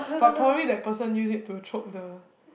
but probably that person used it to chop the